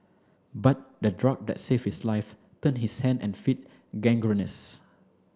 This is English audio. but the drug that saved his life turned his hand and feet gangrenous